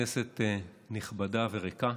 כנסת נכבדה וריקה,